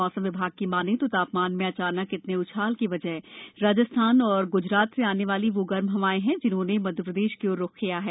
मौसम विभाग की मानें तो ता मान में अचानक इतने उछाल की वजह राजस्थान और ग्जरात से आने वाली वह गर्म हवाएं हैं जिन्होंने मध्यप्रदेश की ओर रुख किया है